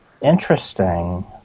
Interesting